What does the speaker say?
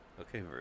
Okay